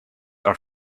are